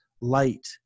light